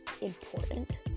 important